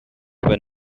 when